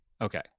Okay